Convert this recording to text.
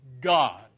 God